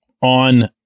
on